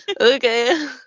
Okay